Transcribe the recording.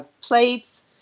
plates